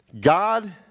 God